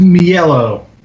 yellow